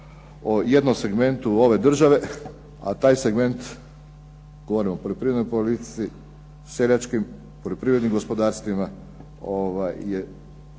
o jednom segmentu ove države, a taj segment govorim o poljoprivrednoj politici, seljačkim poljoprivrednim gospodarstvima danas